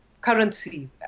currency